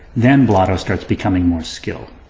then blotto starts becoming more skilled.